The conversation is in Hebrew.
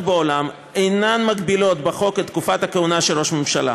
בעולם אינן מגבילות בחוק את תקופת הכהונה של ראש ממשלה.